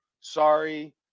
Sorry